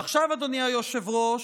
אדוני היושב-ראש,